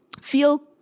feel